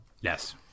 Yes